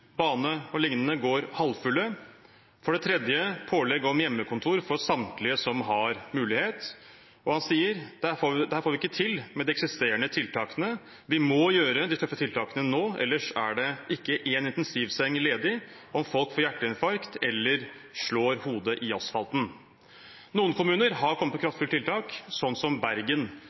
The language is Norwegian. bane og lignende går halvfulle, og for det tredje pålegg om hjemmekontor for samtlige som har mulighet. Han sa: «Dette får vi ikke til med de eksisterende tiltakene. Vi må gjøre de tøffe tiltakene nå, ellers er det ikke én intensivseng ledig om folk får hjerteinfarkt eller slår hodet i asfalten.» Noen kommuner har kommet med kraftfulle tiltak, som Bergen.